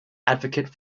advocate